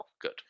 good